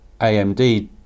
AMD